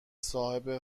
صاحب